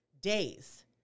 days